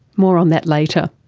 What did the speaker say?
more on that later.